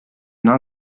not